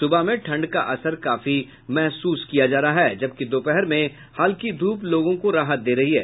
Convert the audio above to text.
सुबह में ठंड का असर काफी दिख रहा है जबकि दोपहर में हल्की धूप लोगों को राहत दे रही है